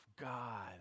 God